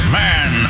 man